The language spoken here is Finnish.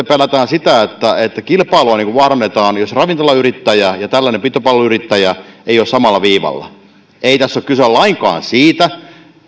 pelätään sitä että että kilpailua vaarannetaan jos ravintolayrittäjä ja tällainen pitopalveluyrittäjä eivät ole samalla viivalla ei tässä ole kyse lainkaan siitä